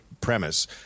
premise